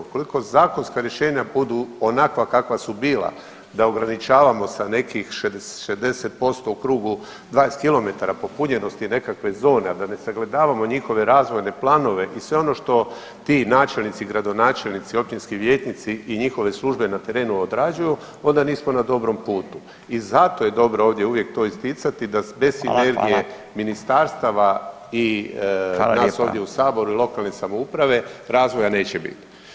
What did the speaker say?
Ukoliko zakonska rješenja budu onakva kakva su bila, da ograničavamo sa nekih 60% u krugu 20 km popunjenosti nekakve zone, a da ne sagledavamo njihove razvojne planove i sve ono što ti načelnici i gradonačelnici, općinski vijećnici i njihove službe na terenu odrađuju, onda nismo na dobrom putu i zato je dobro uvijek to isticati da bez sinergije [[Upadica: Hvala, hvala.]] ministarstava i nas ovdje u Saboru [[Upadica: Hvala lijepa.]] i lokalnih samouprave, razvoja neće biti.